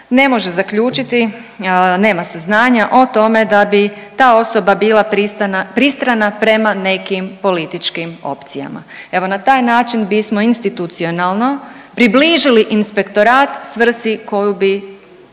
ne može zaključiti, nema saznanja o tome da bi ta osoba bila pristrana prema nekim političkim opcijama. Evo na taj način bismo institucionalno približili inspektorat svrsi koju bi